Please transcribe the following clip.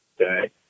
okay